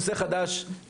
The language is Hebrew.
אני פחות מודאג מנושא חדש.